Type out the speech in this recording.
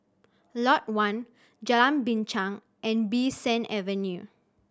Lot One Jalan Binchang and Bee San Avenue